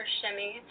shimmy